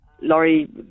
Laurie